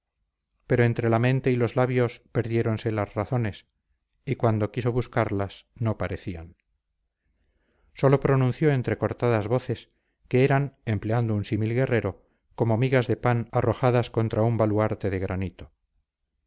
pero entre la mente y los labios perdiéronse las razones y cuando quiso buscarlas no parecían sólo pronunció entrecortadas voces que eran empleando un símil guerrero como migas de pan arrojadas contra un baluarte de granito